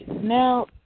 now